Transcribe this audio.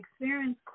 experience